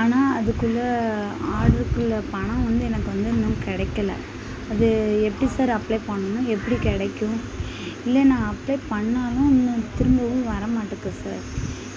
ஆனால் அதுக்குள்ளே ஆர்ட்ருக்குள்ள பணம் வந்து எனக்கு வந்து இன்னும் கிடைக்கல அது எப்படி சார் அப்ளை பண்ணும் எப்படி கிடைக்கும் இல்லை நான் அப்ளை பண்ணாலும் இன்னும் திரும்பவும் வரமாட்டுக்கு சார்